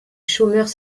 chômeurs